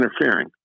interfering